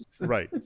Right